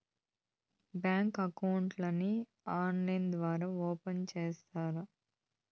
Bank account ని online ద్వారా open సేస్తారా?